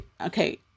okay